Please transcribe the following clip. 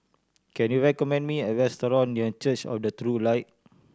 can you recommend me a restaurant near Church of the True Light